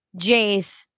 Jace